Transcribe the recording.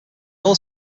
all